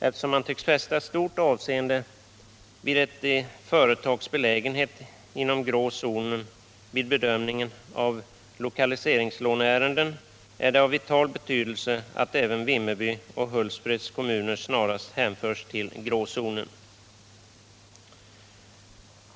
Eftersom man tycks fästa stort avseende vid ett företags belägenhet inom grå zonen vid bedömning av lokaliseringslåneärende, är det av vital betydelse att även Vimmerby och Hultsfreds kommuner snarast hänförs till grå zonen.